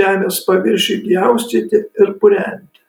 žemės paviršiui pjaustyti ir purenti